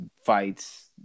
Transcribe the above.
fights